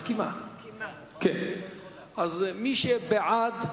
אז מי שבעד,